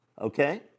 okay